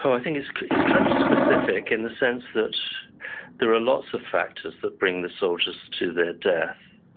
i think it's it's kind of specific in the sense that there are lots of factors that bring the soldiers to their death.